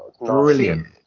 brilliant